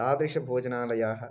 तादृशभोजनालयाः